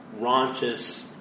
raunchous